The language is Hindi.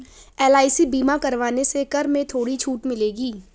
एल.आई.सी बीमा करवाने से कर में थोड़ी छूट मिलेगी